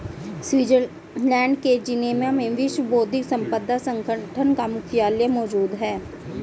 Switzerland के Geneva में विश्व बौद्धिक संपदा संगठन का मुख्यालय मौजूद है